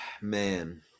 Man